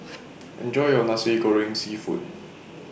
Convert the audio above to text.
Enjoy your Nasi Goreng Seafood